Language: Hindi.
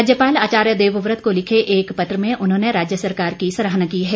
राज्यपाल आचार्य देववत को लिखे एक पत्र में उन्होंने राज्य सरकार की सराहना की है